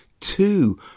Two